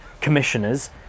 commissioners